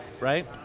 right